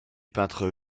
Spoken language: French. peintre